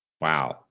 wow